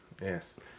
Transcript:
Yes